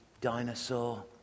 dinosaur